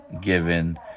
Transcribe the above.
given